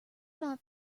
not